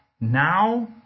now